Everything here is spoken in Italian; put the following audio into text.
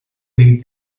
dei